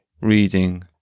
reading